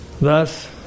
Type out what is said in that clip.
Thus